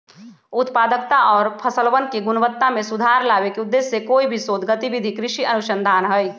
उत्पादकता और फसलवन के गुणवत्ता में सुधार लावे के उद्देश्य से कोई भी शोध गतिविधि कृषि अनुसंधान हई